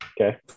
okay